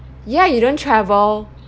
ya you don't travel